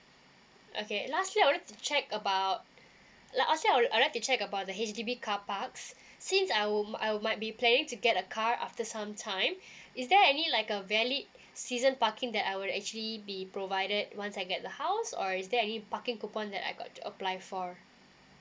okay last year I'd like to check about like Iast year I I'd like to check about the H_D_B carparks since I will I will might be planning to get a car after some time is there any like a valid season parking that I would actually be provided once I get the house or is there any parking coupon that I got to apply for